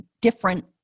different